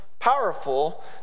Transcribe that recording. Powerful